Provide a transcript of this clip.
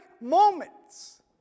moments